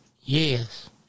yes